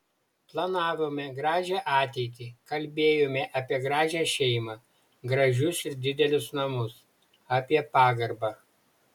planavome gražią ateitį kalbėjome apie gražią šeimą gražius ir didelius namus apie pagarbą